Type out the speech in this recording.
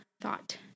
thought